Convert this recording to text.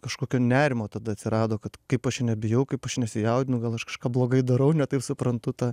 kažkokio nerimo tada atsirado kad kaip aš čia nebijau kaip aš čia nesijaudinu gal aš kažką blogai darau ne taip suprantu tą